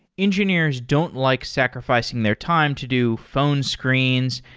engineers don't like sacrificing their time to do phone screens,